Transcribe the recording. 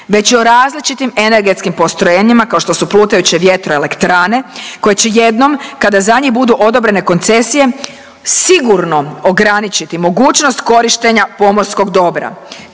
već i o različitim energetskim postrojenjima kao što su plutajuće vjetroelektrane koje će jednom kada za njih budu odobrene koncesije sigurno ograničiti korištenja pomorskog dobra.